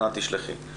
אנא תשלחי.